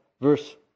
verse